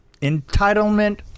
entitlement